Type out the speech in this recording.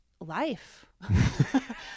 life